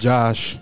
Josh